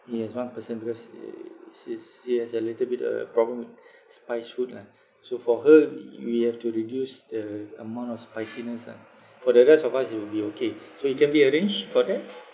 yes one person because uh is he's he has a little bit uh problem with spiced food lah so for her y~ we have to reduce the amount of spiciness ah for the rest of us would be okay so it can be arranged for that